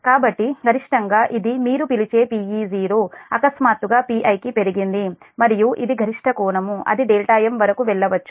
కాబట్టి గరిష్ఠంగా ఇది మీరు పిలిచే Pe0 అకస్మాత్తుగాPiకి పెరిగింది మరియు ఇది గరిష్ట కోణం అది m వరకు వెళ్ళవచ్చు